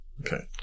Okay